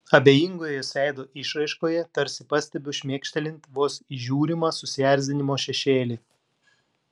abejingoje jos veido išraiškoje tarsi pastebiu šmėkštelint vos įžiūrimą susierzinimo šešėlį